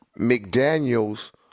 McDaniels